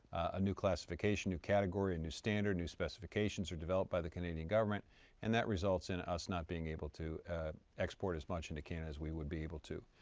a new classification, a new category, and new standard, new specifications are developed by the canadian government and that results in us not being able to export as much into canada as we would be able to.